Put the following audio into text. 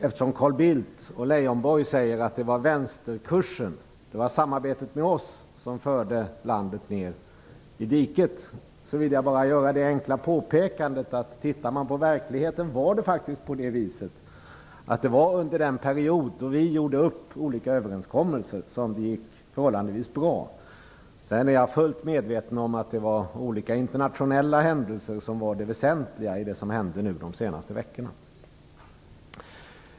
Eftersom Carl Bildt och Lars Leijonborg säger att det var vänsterkursen - samarbetet med oss - som förde landet ned i diket ville jag bara göra det enkla påpekandet att om man tittar på verkligheten finner man att det faktiskt var under den period då socialdemokraterna träffade de olika överenskommelserna med oss som det gick förhållandevis bra. Men jag är fullt medveten om att det var internationella händelser som var det väsentliga i det som hände de senaste veckorna.